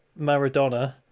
Maradona